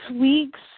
weeks